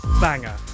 banger